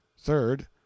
Third